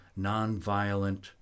nonviolent